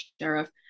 sheriff